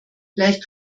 vielleicht